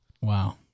Wow